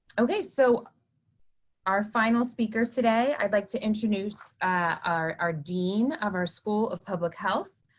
ok, so our final speaker today, i'd like to introduce our our dean of our school of public health.